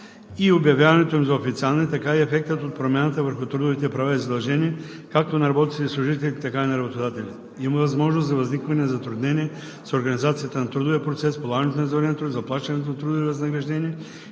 и обявяването им за официални, така и ефектът от промяната върху трудовите права и задължения както на работниците и служителите, така и на работодателите. Има възможност за възникване на затруднения с организацията на трудовия процес, полагането на извънреден труд, заплащането на трудовите възнаграждения